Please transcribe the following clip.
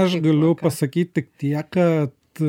aš galiu pasakyti tik tiek kad